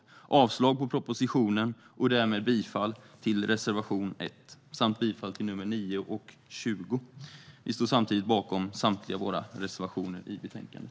Jag yrkar avslag på propositionen och därmed bifall till reservationerna 1, 9 och 20. Vi står samtidigt bakom samtliga våra reservationer i betänkandet.